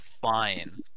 fine